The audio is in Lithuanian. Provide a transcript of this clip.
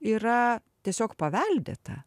yra tiesiog paveldėta